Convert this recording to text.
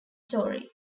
story